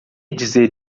dizer